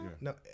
No